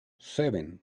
seven